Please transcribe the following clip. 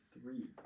three